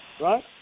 Right